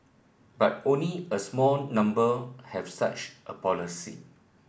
but only a small number have such a policy